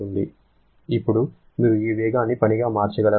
ఇప్పుడు మీరు ఈ వేగాన్ని పనిగా మార్చగలరా